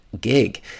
gig